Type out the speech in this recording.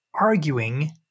arguing